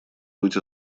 быть